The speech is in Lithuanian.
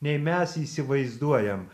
nei mes įsivaizduojam